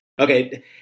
Okay